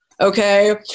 Okay